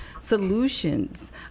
solutions